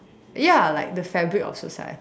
ya like the fabric of society